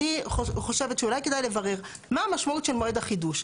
אני חושבת שאולי כדאי לברר מה המשמעות של מועד החידוש.